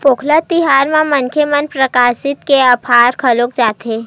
पोंगल तिहार म लोगन मन प्रकरिति के अभार घलोक जताथे